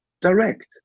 direct